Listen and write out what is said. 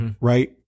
right